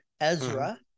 Ezra